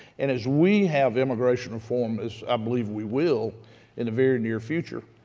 and as we have immigration reform, as i believe we will in the very near future,